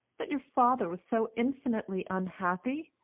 that your father was so infinitely unhappy!